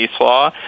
law